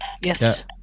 Yes